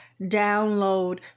download